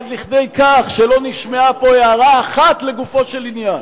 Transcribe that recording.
עד כדי כך שלא נשמעה פה הערה אחת לגופו של עניין,